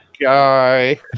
guy